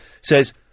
says